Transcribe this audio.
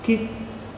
skip